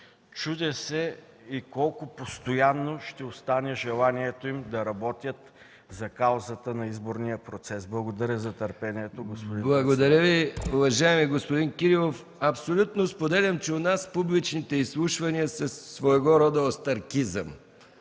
Чудя се и колко постоянно ще остане желанието им да работят за каузата на изборния процес. Благодаря за търпението, господин председател. ПРЕДСЕДАТЕЛ МИХАИЛ МИКОВ: Благодаря Ви, уважаеми господин Кирилов. Абсолютно споделям, че у нас публичните изслушвания са своего рода остракизъм,